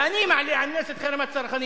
ואני מעלה על נס את חרם הצרכנים.